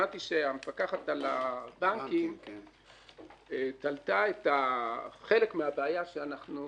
שמעתי שהמפקחת על הבנקים תלתה חלק מהבעיה שאנחנו